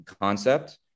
concept